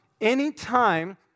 Anytime